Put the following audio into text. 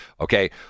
Okay